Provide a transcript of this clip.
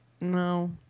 No